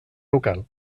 local